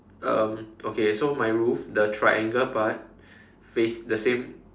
um okay so my roof the triangle part face the same